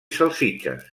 salsitxes